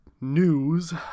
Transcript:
news